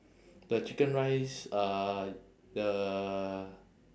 the chicken rice uh the